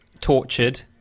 tortured